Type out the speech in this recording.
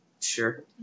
Sure